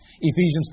Ephesians